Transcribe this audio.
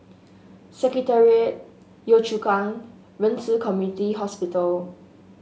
Secretariat Yio Chu Kang Ren Ci Community Hospital